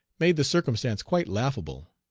made the circumstance quite laughable.